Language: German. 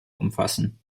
umfassen